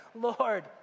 Lord